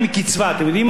לא ממשכורת.